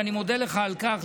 ואני מודה לך על כך,